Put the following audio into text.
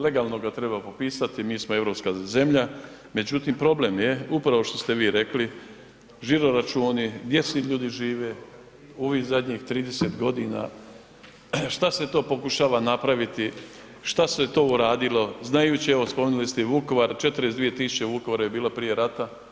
Legalno ga treba popisati, mi smo europska zemlja, međutim problem je upravo što ste vi rekli žiro računi, gdje svi ljudi žive, u ovih zadnjih 30 godina šta se to pokušava napraviti, šta se to uradilo, znajući evo spomenuli ste i Vukovar, 42.000 u Vukovaru je bilo prije rata.